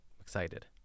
Excited